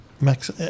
Max